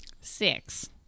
Six